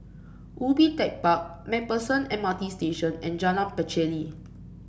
Ubi Tech Park MacPherson MRT Station and Jalan Pacheli